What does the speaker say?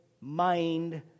mind